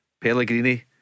Pellegrini